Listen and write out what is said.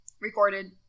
recorded